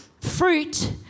fruit